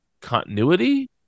continuity